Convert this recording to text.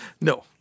No